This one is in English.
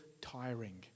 tiring